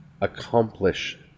accomplish